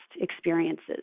experiences